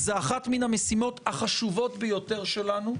זו אחת המשימות החשובות ביותר שלנו.